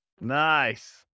Nice